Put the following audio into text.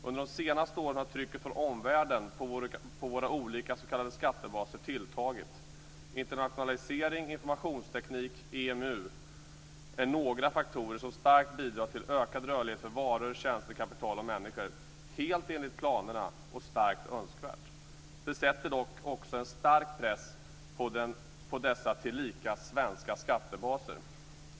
Under de senaste åren har trycket från omvärlden på våra olika s.k. skattebaser tilltagit. Internationalisering, informationsteknik och EMU är några faktorer som bidrar till starkt ökad rörlighet för varor, tjänster, kapital och människor, helt enligt planerna och starkt önskvärt. Det sätter dock också en stark press på dessa tillika svenska skattebaser.